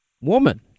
woman